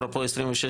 אפרופו 26,